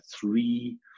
three